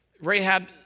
Rahab